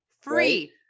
Free